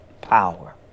power